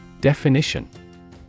Definition